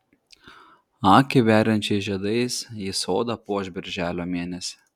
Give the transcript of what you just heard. akį veriančiais žiedais ji sodą puoš birželio mėnesį